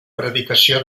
predicació